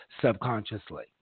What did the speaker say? subconsciously